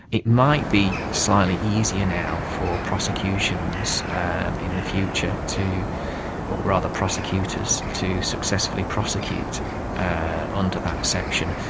it might be slightly easier now for prosecutions in the future to. or rather prosecutors, to successfully prosecute under that section.